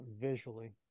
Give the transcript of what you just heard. visually